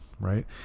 right